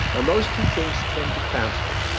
and those two things tend to cancel.